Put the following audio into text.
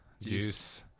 Juice